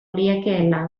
liekeela